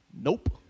Nope